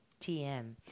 TM